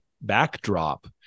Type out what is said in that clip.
backdrop